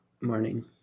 morning